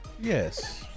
Yes